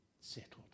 settled